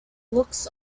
looks